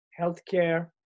healthcare